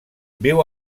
viu